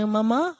Mama